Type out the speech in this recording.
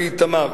באיתמר,